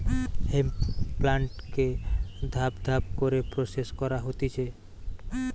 hemp প্লান্টকে ধাপ ধাপ করে প্রসেস করা হতিছে